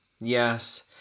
Yes